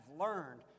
learned